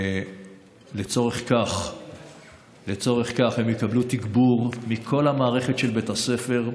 לצורך זה הם יקבלו תגבור מכל המערכת של בית הספר,